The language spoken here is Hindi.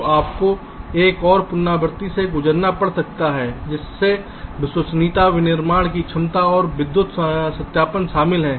तो आपको एक और पुनरावृत्ति से गुजरना पड़ सकता है जिसमें विश्वसनीयता विनिर्माण क्षमता और विद्युत सत्यापन शामिल हैं